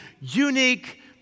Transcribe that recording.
unique